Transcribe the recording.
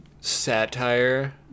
satire